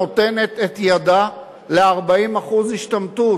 נותנת את ידה ל-40% השתמטות